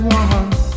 one